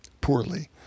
poorly